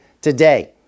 today